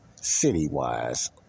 city-wise